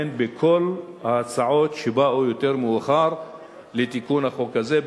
הן בכל ההצעות שבאו יותר מאוחר לתיקון החוק הזה,